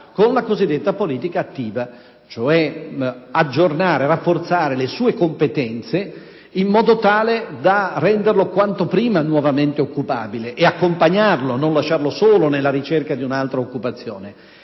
con la cosiddetta politica attiva, cioè con l'aggiornamento e il rafforzamento delle sue competenze, in modo tale da renderlo quanto prima nuovamente occupabile, ed accompagnarlo e non lasciarlo solo nella ricerca di un'altra occupazione;